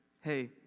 hey